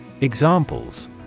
Examples